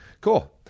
Cool